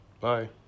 Bye